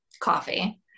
Coffee